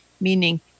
meaning